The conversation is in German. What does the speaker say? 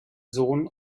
sohn